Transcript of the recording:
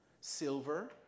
silver